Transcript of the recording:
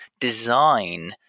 design